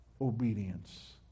obedience